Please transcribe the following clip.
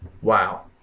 Wow